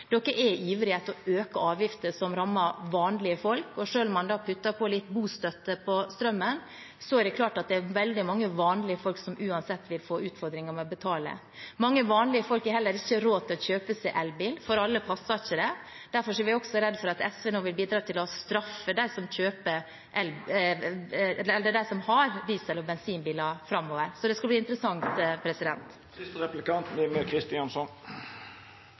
er ivrig etter å øke avgifter som rammer vanlige folk, og selv om man da putter på litt bostøtte til strømmen, er det klart at det er veldig mange vanlige folk som uansett vil få utfordringer med å betale. Mange vanlige folk har heller ikke råd til å kjøpe seg elbil, for alle passer ikke det. Derfor er vi også redd for at SV nå vil bidra til å straffe dem som har diesel- og bensinbiler, framover. Det skal bli interessant.